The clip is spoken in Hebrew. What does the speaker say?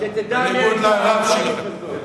בניגוד לרב שלכם.